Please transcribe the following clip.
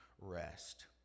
rest